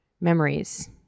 memories